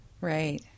Right